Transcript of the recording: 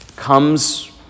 comes